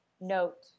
note